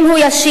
אם הוא ישיב,